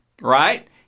right